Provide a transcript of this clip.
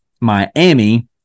Miami